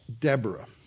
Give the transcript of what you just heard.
Deborah